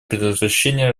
предотвращения